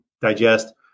digest